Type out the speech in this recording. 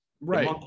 right